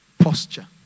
Posture